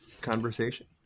conversation